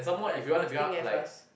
like must think very fast